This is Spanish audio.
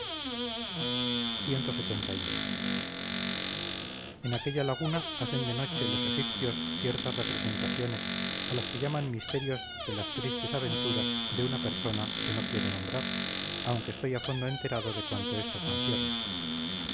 redonda clxxi en aquella laguna hacen de noche los egipcios ciertas representaciones a las que llaman misterios de las tristes aventuras de una persona que no quiero nombrar aunque estoy a fondo enterado de cuanto esto concierne